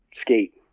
skate